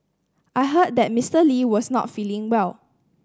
I heard that Mister Lee was not feeling well